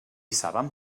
saben